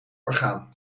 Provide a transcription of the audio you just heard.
orgaan